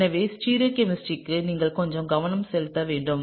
எனவே ஸ்டீரியோ கெமிஸ்ட்ரிக்கு நீங்கள் கொஞ்சம் கவனம் செலுத்த வேண்டும்